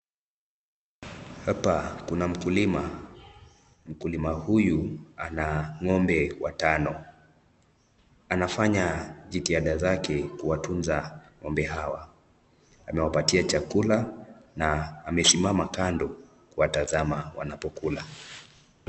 Hapa kuna mkulima, mkulima huyu ana ngombe watano. Anafanya jitihada zake kuwatunza ngombe hawa. Amewapatia chakula na amesimama kando kuwatazama wanapokula.